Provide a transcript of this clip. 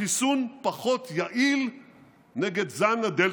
החיסון פחות יעיל נגד זן הדלתא.